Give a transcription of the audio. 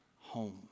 home